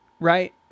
Right